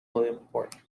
williamsport